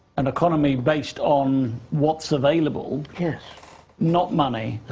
an economy based on what's available. yes not money.